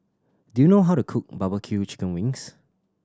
do you know how to cook barbecue chicken wings